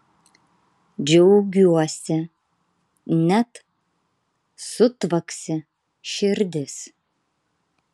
džiaugiuosi net sutvaksi širdis